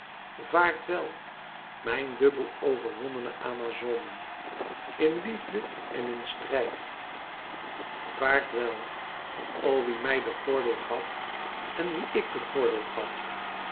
vaart wel mijne dubbel overwonnene amazonen in liefde en in strijd vaart wel o wie mij den gordel gaf en wien ik den gordel gaf